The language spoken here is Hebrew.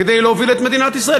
כדי להוביל את מדינת ישראל?